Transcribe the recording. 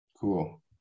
Cool